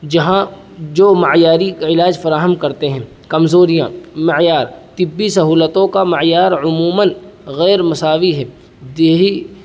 جہاں جو معیاری علاج فراہم کرتے ہیں کمزوریاں معیار طبی سہولتوں کا معیار عموماً غیر مساوی ہے دیہی